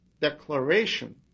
declaration